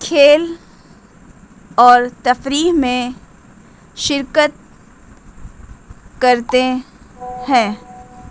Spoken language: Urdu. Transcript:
کھیل اور تفریح میں شرکت کرتے ہیں